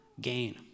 gain